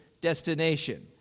destination